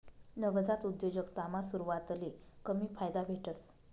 नवजात उद्योजकतामा सुरवातले कमी फायदा भेटस